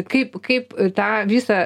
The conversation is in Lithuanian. kaip kaip tą visą